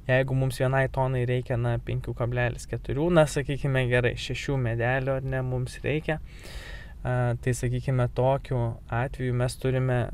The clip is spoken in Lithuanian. jeigu mums vienai tonai reikia na penkių kablelis keturių na sakykime gerai šešių medelių ar ne mums reikia tai sakykime tokiu atveju mes turime